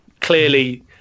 clearly